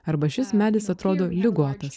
arba šis medis atrodo ligotas